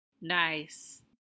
Nice